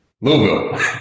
Louisville